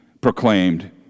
proclaimed